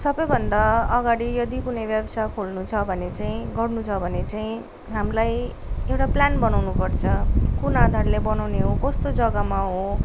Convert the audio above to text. सबैभन्दा अगाडि यदि कुनै व्यवसाय खोल्नु छ भने चाहिँ गर्नु छ भने चाहिँ हामीलाई एउटा प्लान बनाउनुपर्छ कुन आधारले बनाउने हो कस्तो जग्गामा हो